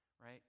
Right